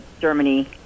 Germany